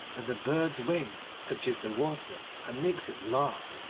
as a bird's wing touches the water and makes it laugh.